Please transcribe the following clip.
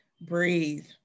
breathe